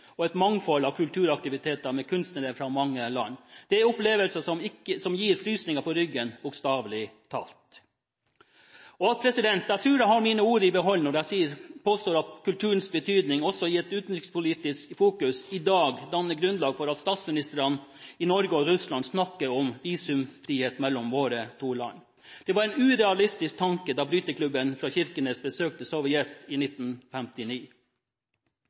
et mangfold av kulturaktiviteter og med kunstnere fra mange land. Det er en opplevelse som gir frysninger på ryggen – bokstavelig talt. Jeg tror jeg har mine ord i behold når jeg påstår at kulturens betydning – i et utenrikspolitisk fokus – i dag har dannet grunnlag for at statsministrene i Norge og Russland snakker om visumfrihet mellom våre to land. Det var en urealistisk tanke da bryteklubben fra Kirkenes besøkte Sovjet i 1959.